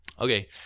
okay